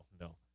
no